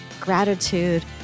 gratitude